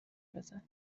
بزن